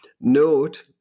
Note